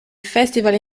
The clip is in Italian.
festival